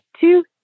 two